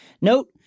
Note